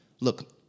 Look